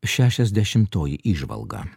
šešiasdešimtoji įžvalga